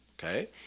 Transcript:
Okay